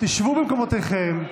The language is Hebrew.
שבו במקומותיכם,